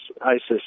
ISIS